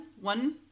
one